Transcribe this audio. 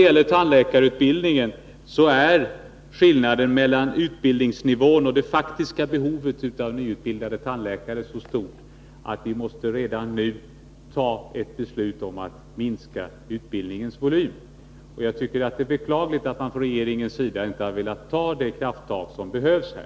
För tandläkarna är skillnaden mellan utbildningsvolymen och det faktiska behovet av nyutbildade tandläkare så stor, att vi redan nu måste fatta beslut om att minska utbildningsvolymen. Jag tycker att det är beklagligt att man från regeringens sida inte har velat ta de krafttag som behövs här.